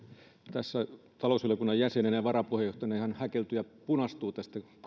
tässä talousvaliokunnan jäsenenä ja varapuheenjohtajana ihan häkeltyy ja punastuu näistä